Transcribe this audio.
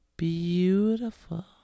beautiful